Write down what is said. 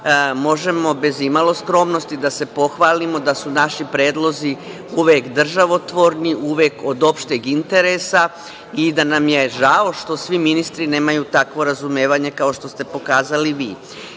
možemo bez imalo skromnosti da se pohvalimo da su naši predlozi uvek državotvorni, uvek od opšteg interesa i da nam je žao što svi ministri nemaju takvo razumevanje kao što ste pokazali vi.